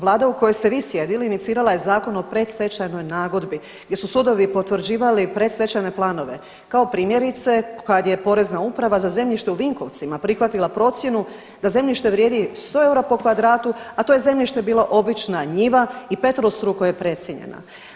Vlada u kojoj ste vi sjedili inicirala je Zakon o predstečajnoj nagodbi gdje su sudovi potvrđivali predstečajne planove kao primjerice kada je Porezna uprava za zemljište u Vinkovcima prihvatila procjenu da zemljište vrijedi 100 eura po kvadratu, a to je zemljište bila obična njiva i peterostruko je precijenjena.